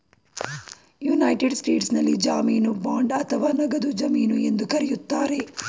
United ಸ್ಟೇಟ್ಸ್ನಲ್ಲಿ ಜಾಮೀನು bond ಅಥವಾ ನಗದು ಜಮೀನು ಎಂದು ಕರೆಯುತ್ತಾರೆ